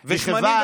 מכיוון,